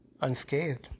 unscathed